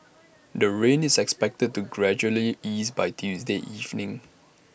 the rain is expected to gradually ease by Tuesday evening